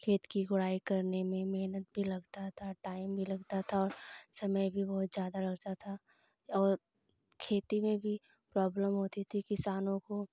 खेत की गोड़ाई करने में मेहनत भी लगता था टाइम भी लगता था समय भी बहुत ज़्यादा लगता था और खेती में भी प्रॉब्लम होती थी किसानों को